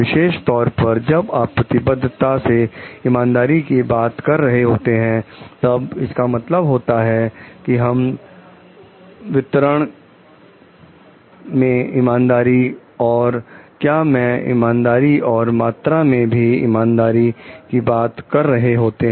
विशेष तौर पर जब आप प्रतिबद्धता से ईमानदारी की बात कर रहे होते हैं तब इसका मतलब होता है कि हम वितरण में ईमानदारी और क्या में ईमानदारी और मात्रा में भी ईमानदारी की बात कर रहे होते हैं